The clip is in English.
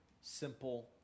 simple